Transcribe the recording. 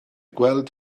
gweld